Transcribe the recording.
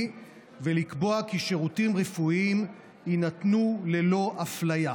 ולקבוע כי שירותים רפואיים יינתנו ללא אפליה.